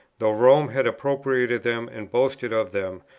though rome had appropriated them and boasted of them,